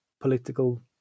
political